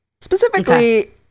specifically